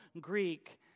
Greek